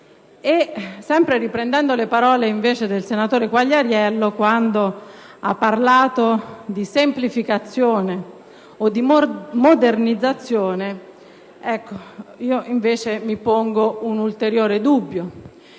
Riprendendo poi le parole del senatore Quagliariello, quando ha parlato di semplificazione o di modernizzazione, mi pongo un ulteriore dubbio: